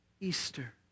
Easter